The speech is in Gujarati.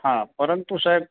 હા પરંતુ સાહેબ